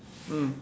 mm